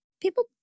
people